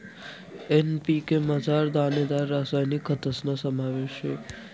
NPK मझार दानेदार रासायनिक खतस्ना समावेश शे